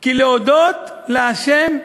כי להודות להשם,